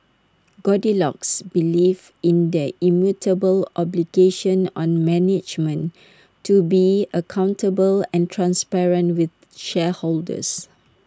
goldilocks believes in the immutable obligation on management to be accountable and transparent with shareholders